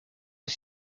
des